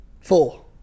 Four